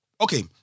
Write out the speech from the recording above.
Okay